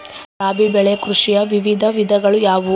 ರಾಬಿ ಬೆಳೆ ಕೃಷಿಯ ವಿವಿಧ ವಿಧಗಳು ಯಾವುವು?